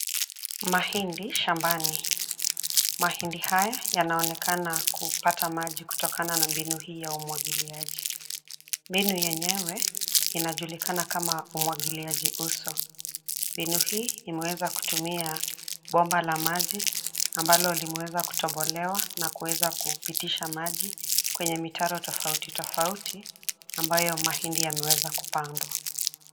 Mahindi shambani. Mahindi haya yanaonekana kupata maji kutokana na mbinu hii ya umwagiliaji. Mbinu yenyewe inajulikana kama umwagiliaji uso. Mbinu hii imeweza kutumia bomba la maji ambalo limeweza kutobolewa na kuweza kupitisha maji kwenye mitaro tofauti tofauti ambayo mahindi yameweza kupandwa.